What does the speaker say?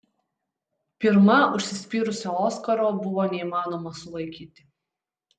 pirma užsispyrusio oskaro buvo neįmanoma sulaikyti